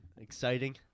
exciting